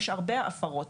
יש הרבה הפרות.